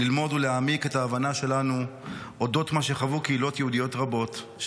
ללמוד ולהעמיק את ההבנה שלנו אודות מה שחוו קהילות יהודיות רבות,